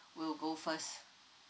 will go first